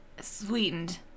Sweetened